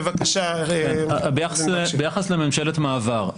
ביחס לממשלת מעבר.